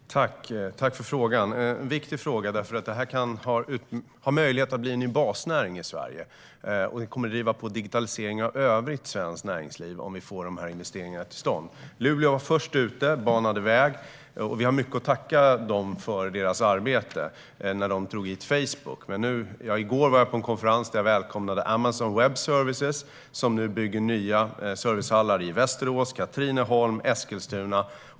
Herr talman! Tack för frågan! Det är en viktig fråga. Detta har möjlighet att bli en ny basnäring i Sverige. Det kommer att driva på digitaliseringen av övrigt svenskt näringsliv om vi får investeringarna till stånd. Luleå var först ute och banade väg. Vi har mycket att tacka dem för i deras arbete när de drog hit Facebook. I går var jag på en konferens där jag välkomnade Amazon Web Services som nu bygger nya serverhallar i Västerås, Katrineholm och Eskilstuna.